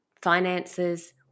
finances